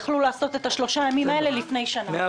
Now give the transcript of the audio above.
יכלו לעשות את השלושה ימים האלה לפני שנה.